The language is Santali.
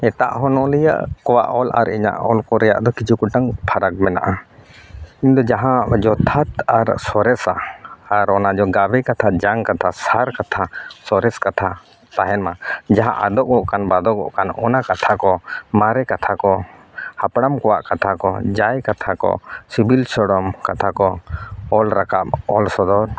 ᱮᱴᱟᱜ ᱚᱱᱚᱞᱤᱭᱟᱹ ᱠᱚᱣᱟᱜ ᱚᱞ ᱟᱨ ᱤᱧᱟᱹᱜ ᱚᱞ ᱠᱚᱨᱮᱱᱟᱜ ᱫᱚ ᱠᱤᱪᱷᱩ ᱜᱚᱴᱟᱝ ᱯᱷᱟᱨᱟᱠ ᱢᱮᱱᱟᱜᱼᱟ ᱤᱧ ᱫᱚ ᱡᱟᱦᱟᱸ ᱡᱚᱛᱷᱟᱛ ᱟᱨ ᱥᱚᱨᱮᱥᱟ ᱟᱨ ᱚᱱᱟ ᱜᱟᱵᱮ ᱠᱟᱛᱷᱟ ᱡᱟᱝ ᱠᱟᱛᱷᱟ ᱥᱟᱨ ᱠᱟᱛᱷᱟ ᱥᱚᱨᱮᱥ ᱠᱟᱛᱷᱟ ᱛᱟᱦᱮᱱ ᱢᱟ ᱡᱟᱦᱟᱸ ᱟᱫᱚᱜᱚᱜ ᱠᱟᱱᱟ ᱵᱟᱫᱚᱜᱚᱜ ᱠᱟᱱ ᱚᱱᱟ ᱠᱟᱛᱷᱟ ᱠᱚ ᱢᱟᱨᱮ ᱠᱟᱛᱷᱟ ᱠᱚ ᱦᱟᱯᱲᱟᱢ ᱠᱚᱣᱟ ᱠᱟᱛᱷᱟ ᱠᱚ ᱡᱟᱭ ᱠᱟᱛᱷᱟ ᱠᱚ ᱥᱤᱵᱤᱞ ᱥᱚᱲᱚᱢ ᱠᱟᱛᱷᱟ ᱠᱚ ᱚᱞ ᱨᱟᱠᱟᱵ ᱚᱞ ᱥᱚᱫᱚᱨ